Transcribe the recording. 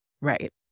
Right